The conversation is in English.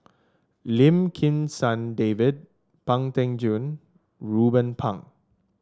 Lim Kim San David Pang Teck Joon and Ruben Pang